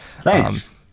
thanks